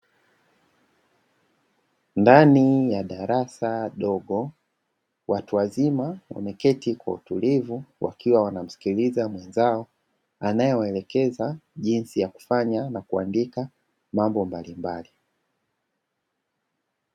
Ndani ya darasa dogo watu wazima wameketi kwa utulivu, wakiwa wanamsikiliza mwenzao anayewaelekeza jinsi ya kufanya na kuandika mambo mbalimbali.